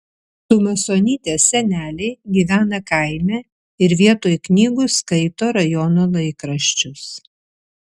tumasonytės seneliai gyvena kaime ir vietoj knygų skaito rajono laikraščius